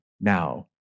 now